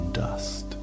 dust